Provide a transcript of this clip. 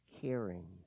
caring